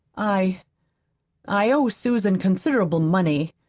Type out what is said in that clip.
i i owe susan considerable money.